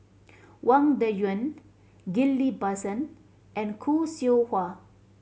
Wang Dayuan Ghillie Basan and Khoo Seow Hwa